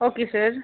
okay sir